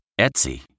Etsy